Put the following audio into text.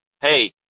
hey